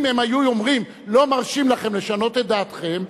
אם הם היו אומרים: לא מרשים לכם לשנות את דעתכם,